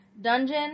Dungeon